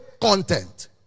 content